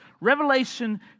Revelation